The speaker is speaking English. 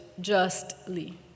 justly